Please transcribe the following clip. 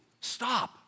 Stop